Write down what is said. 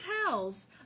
hotels